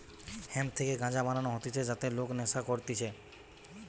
hemp থেকে গাঞ্জা বানানো হতিছে যাতে লোক নেশা করতিছে